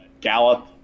Gallup